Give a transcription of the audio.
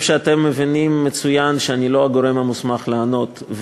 שאתם מבינים מצוין שאני לא הגורם המוסמך לענות,